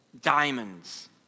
diamonds